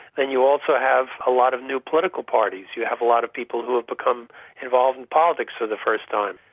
then you also have a lot of new political parties, you have a lot of people who have become involved in politics for the first time.